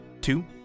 two